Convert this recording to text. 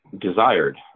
desired